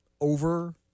over